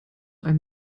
einem